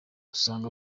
asanga